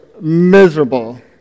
miserable